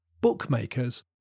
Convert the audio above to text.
bookmakers